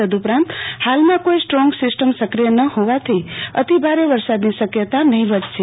તદુપરાંત હાલમાં કોઈ સ્ટ્રોંગ સિસ્ટમ સક્રિય ન હોવાથી અતિ ભાવે વરસાદની શક્યતા નહીવત છે